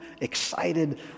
excited